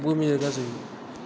பூமியில் தான் இருக்கற தான் செய்யும்